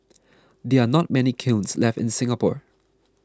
there are not many kilns left in Singapore